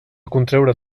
contreure